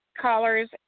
callers